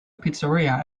pizzeria